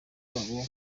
kabo